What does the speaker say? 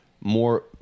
more